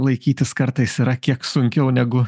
laikytis kartais yra kiek sunkiau negu